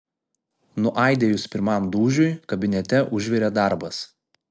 nuaidėjus pirmam dūžiui kabinete užvirė darbas